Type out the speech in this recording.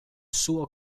suo